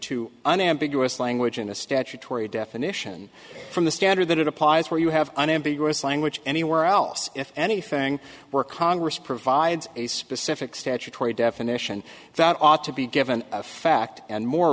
to an ambiguous language in a statutory definition from the standard that it applies where you have unambiguous language anywhere else if anything were congress provides a specific statutory definition that ought to be given a fact and more